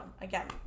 again